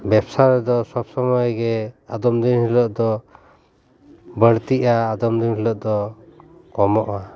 ᱵᱮᱵᱽᱥᱟ ᱨᱮᱫᱚ ᱥᱚᱵᱽ ᱥᱚᱢᱚᱭ ᱜᱮ ᱟᱫᱚᱢ ᱫᱤᱱ ᱦᱤᱞᱳᱜ ᱫᱚ ᱵᱟᱹᱲᱛᱤᱜᱼᱟ ᱟᱫᱚᱢ ᱫᱤᱱ ᱦᱤᱞᱳᱜ ᱫᱚ ᱠᱚᱢᱚᱜᱼᱟ